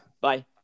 bye